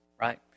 right